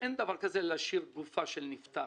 שאין דבר כזה להשאיר גופה של נפטר.